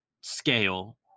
scale